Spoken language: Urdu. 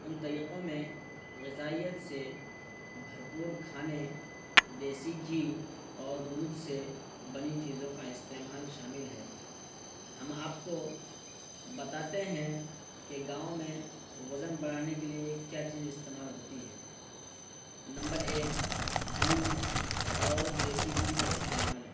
ان طریقوں میں غذائیت سے بھرپور کھانے دیسی گھی اور دودھ سے بنی چیزوں کا استعمال شامل ہے ہم آپ کو بتاتے ہیں کہ گاؤں میں وزن بڑھانے کے لیے کیا چیز استعمال ہوتی ہے نمبر ایک دودھ اور دیسی گھی کا استعمال